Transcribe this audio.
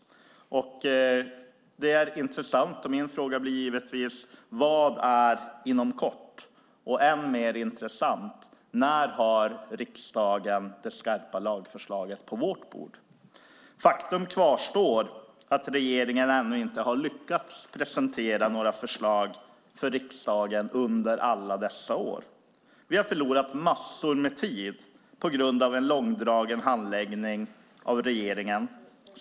Det är intressant. Min fråga blir givetvis: Vad innebär "inom kort", och - ännu mer intressant - när har riksdagen det skarpa lagförslaget på sitt bord? Regeringen har inte lyckats presentera några förslag för riksdagen under alla dessa år. Vi har förlorat massor med tid på grund av en långdragen handläggning av regeringen.